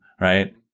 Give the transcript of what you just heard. Right